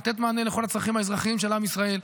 לתת מענה לכל הצרכים האזרחיים של עם ישראל,